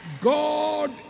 God